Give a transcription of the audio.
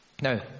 Now